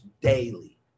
daily